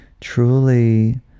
truly